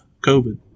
COVID